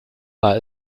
war